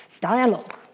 dialogue